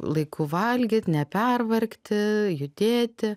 laiku valgyt nepervargti judėti